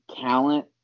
talent